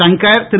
Shankar Thiru